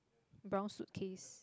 brown suitcase